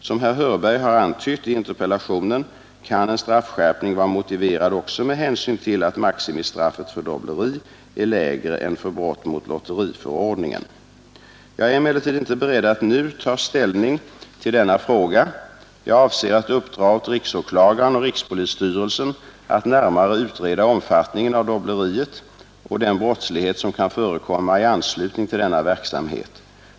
Som herr Hörberg har antytt i interpellationen kan en straffskärpning vara motiverad också med hänsyn till att maximistraffet för dobbleri är lägre än för brott mot lotteriförordningen. Jag är emellertid inte beredd att nu ta ställning till denna fråga. Jag avser att uppdra åt riksåklagaren och rikspolisstyrelsen att närmare utreda omfattningen av dobbleriet och den brottslighet som kan förekomma i anslutning till denna verksamhet.